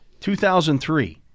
2003